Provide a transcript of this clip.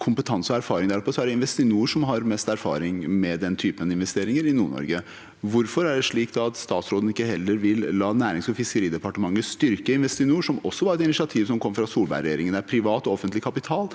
kompetanse og erfaring der oppe, er det Investinor som har mest erfaring med den typen investeringer i Nord-Norge. Hvorfor er det da slik at statsråden ikke heller vil la Nærings- og fiskeridepartementet styrke Investinor, som var et initiativ som kom fra Solberg-regjeringen, der privat og offentlig kapital